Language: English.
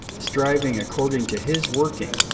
striving according to his working,